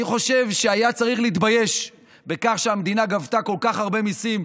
אני חושב שהיה צריך להתבייש בכך שהמדינה גבתה כל כך הרבה מיסים.